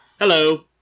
Hello